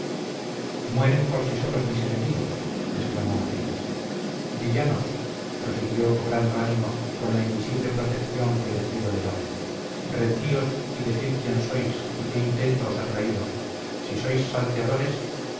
mueren por sí solos mis enemigos exclamó macías villanos prosiguió cobrando ánimo con la invisible protección que el cielo le daba rendíos y decid quién sois y qué intento os ha traído si sois salteadores